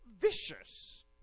vicious